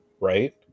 right